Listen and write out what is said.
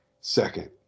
second